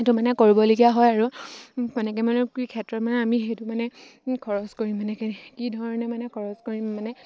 সেইটো মানে কৰিবলগীয়া হয় আৰু কেনেকৈ মানে কি ক্ষেত্ৰত মানে আমি সেইটো মানে খৰচ কৰিম মানে কি ধৰণে মানে খৰচ কৰিম মানে